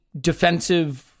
defensive